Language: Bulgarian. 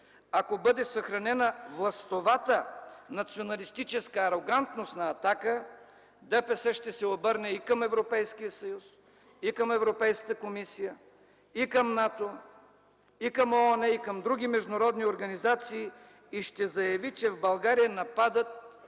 ако бъде съхранена властовата националистическа арогантност на „Атака”, ДПС ще се обърне и към Европейския съюз, и към Европейската комисия, и към НАТО, и към ООН, и към други международни организации и ще заяви, че в България нападат,